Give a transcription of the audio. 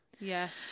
Yes